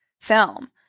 film